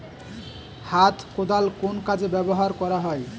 হাত কোদাল কোন কাজে ব্যবহার করা হয়?